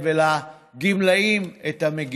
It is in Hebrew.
אדוני.